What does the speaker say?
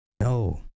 No